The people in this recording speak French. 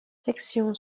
section